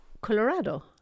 Colorado